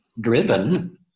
driven